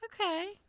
Okay